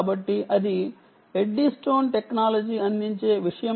కాబట్టి అది Eddystone technology అందించే విషయం